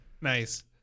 nice